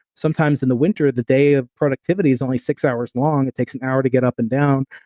sometimes in the winter, the day of productivity is only six hours long, it takes an hour to get up and down,